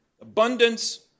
abundance